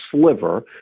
sliver